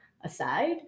aside